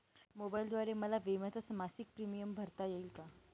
मोबाईलद्वारे मला विम्याचा मासिक प्रीमियम भरता येईल का?